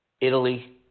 Italy